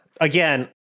Again